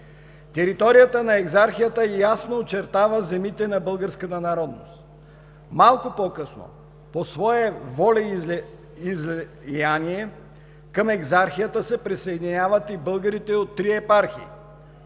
Територията на Екзархията ясно очертава земите на българската народност. Малко по-късно, по свое волеизлияние, към Екзархията се присъединяват и българите от три епархии –